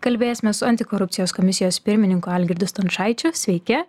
kalbėsimės su antikorupcijos komisijos pirmininku algirdu stončaičiu sveiki